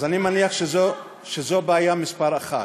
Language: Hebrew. אז שלא יעשה, אז אני מניח שזו בעיה מספר אחת.